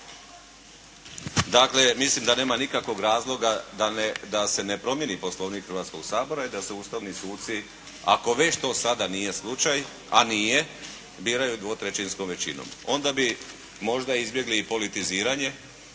Dakle mislim da nema nikakvog razloga da se ne promijeni Poslovnik Hrvatskoga sabora i da se ustavni suci ako već to sada nije slučaj, a nije, biraju dvotrećinskom većinom. Onda bi možda izbjegli i politiziranje